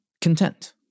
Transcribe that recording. content